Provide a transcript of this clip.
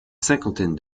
cinquantaine